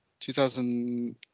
2000